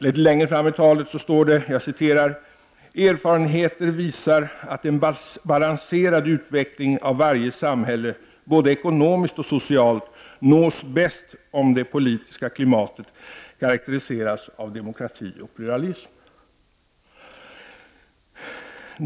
Vidare sägs att erfarenheter visar att en balanserad utveckling av varje samhälle, såväl ekonomiskt som socialt, uppnås bäst om det politiska klimatet karaktäriseras av demokrati och pluralism.